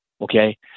Okay